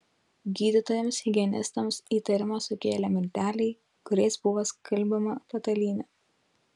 gydytojams higienistams įtarimą sukėlė milteliai kuriais buvo skalbiama patalynė